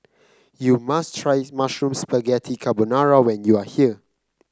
you must try Mushroom Spaghetti Carbonara when you are here